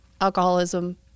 alcoholism